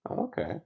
okay